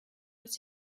was